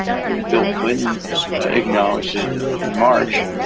i mean, bill clinton acknowledged it in march,